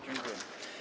Dziękuję.